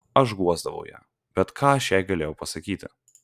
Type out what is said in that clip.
aš guosdavau ją bet ką aš jai galėjau pasakyti